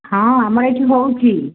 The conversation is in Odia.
ହଁ ଆମର ଏଠି ହେଉଛି